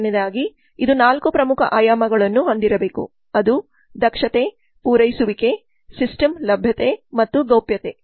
ಮೊದಲನೆಯದಾಗಿ ಇದು ನಾಲ್ಕು ಪ್ರಮುಖ ಆಯಾಮಗಳನ್ನು ಹೊಂದಿರಬೇಕು ಅದು ದಕ್ಷತೆ ಪೂರೈಸುವಿಕೆ ಸಿಸ್ಟಮ್ ಲಭ್ಯತೆ ಮತ್ತು ಗೌಪ್ಯತೆ